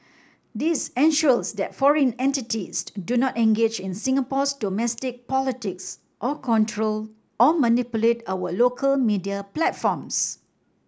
this ensures that foreign entities do not engage in Singapore's domestic politics or control or manipulate our local media platforms